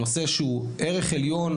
נושא שהוא ערך עליון,